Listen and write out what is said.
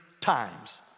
times